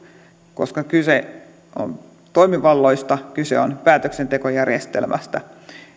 koska kyse on toimivalloista ja kyse on päätöksentekojärjestelmästä